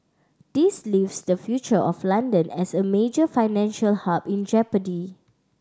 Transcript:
this leaves the future of London as a major financial hub in jeopardy